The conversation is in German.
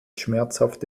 schmerzhaft